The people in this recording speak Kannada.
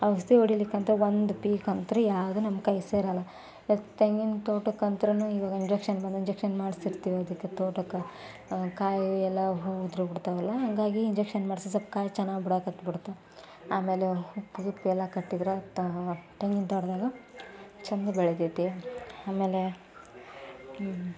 ಔಷಧಿ ಹೊಡೀಲಿಕ್ಕಂತ ಒಂದು ಪೀಕ್ ಅಂತೂ ಯಾವುದು ನಮ್ಮ ಕೈ ಸೇರೋಲ್ಲ ತೆಂಗಿನ ತೋಟಕ್ಕಂತೂನು ಇವಾಗ ಇಂಜೆಕ್ಷನ್ ಬಂದು ಇಂಜೆಕ್ಷನ್ ಮಾಡಿಸಿರ್ತೀವಿ ಅದಕ್ಕೆ ತೋಟಕ್ಕೆ ಕಾಯಿ ಎಲ್ಲ ಹೂ ಉದುರೋಗ್ಬಿಡ್ತವಲ್ಲ ಹಂಗಾಗಿ ಇಂಜೆಕ್ಷನ್ ಮಾಡಿಸಿ ಸ್ವಲ್ಪ್ ಕಾಯಿ ಚೆನ್ನಾಗಿ ಬಿಡೋಕೆ ಹತ್ಬಿಡ್ತು ಆಮೇಲೆ ಹುಪ್ಪು ಗಿಪ್ಪು ಎಲ್ಲ ಕಟ್ಟಿದ್ರೆ ತೆಂಗಿನ ತೋಟ್ದಾಗ ಚೆಂದ ಬೆಳಿತೈತಿ ಆಮೇಲೆ